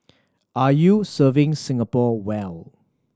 are you serving Singapore well